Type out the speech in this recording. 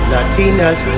Latinas